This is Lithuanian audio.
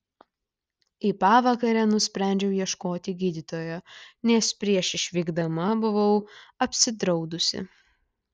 į pavakarę nusprendžiau ieškoti gydytojo nes prieš išvykdama buvau apsidraudusi